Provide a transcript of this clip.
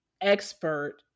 expert